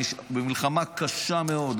מלחמה קשה מאוד,